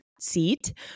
seat